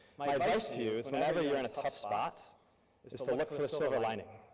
my advice to you is whenever you're in a tough spot is is to look for the silver lining.